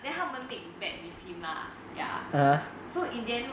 then 他们 make bet with him lah ya so in the end